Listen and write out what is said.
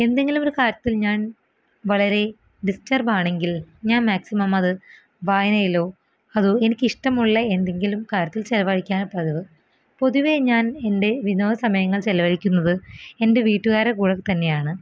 എന്തെങ്കിലുമൊരു കാര്യത്തിൽ ഞാൻ വളരെ ഡിസ്റ്റർബാണെങ്കിൽ ഞാൻ മാക്സിമം അത് വായനയിലോ അതോ എനിക്കിഷ്ടമുള്ള എന്തെങ്കിലും കാര്യത്തിൽ ചിലവഴിക്കാൻ പതിവ് പൊതുവേ ഞാൻ എൻ്റെ വിനോദ സമയങ്ങൾ ചിലവഴിക്കുന്നത് എൻ്റെ വീട്ടുകാരുടെ കൂടെത്തന്നെയാണ്